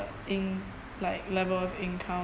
in~ like level of income